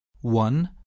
one